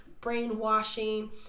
brainwashing